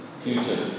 future